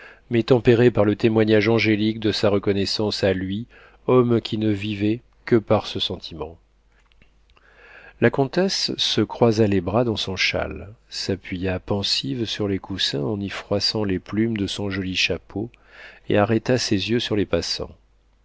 mais tempéré par le témoignage angélique de sa reconnaissance à lui homme qui ne vivait que par ce sentiment la comtesse se croisa les bras dans son châle s'appuya pensive sur les coussins en y froissant les plumes de son joli chapeau et arrêta ses yeux sur les passants